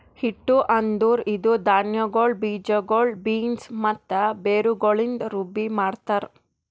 ಹಿಟ್ಟು ಅಂದುರ್ ಇದು ಧಾನ್ಯಗೊಳ್, ಬೀಜಗೊಳ್, ಬೀನ್ಸ್ ಮತ್ತ ಬೇರುಗೊಳಿಂದ್ ರುಬ್ಬಿ ಮಾಡ್ತಾರ್